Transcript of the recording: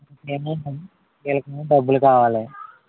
ఏమయిందండి వీళ్ళకేమో డబ్బులు కావాలి